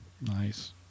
Nice